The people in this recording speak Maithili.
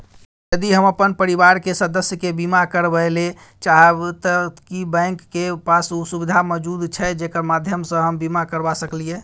यदि हम अपन परिवार के सदस्य के बीमा करबे ले चाहबे त की बैंक के पास उ सुविधा मौजूद छै जेकर माध्यम सं हम बीमा करबा सकलियै?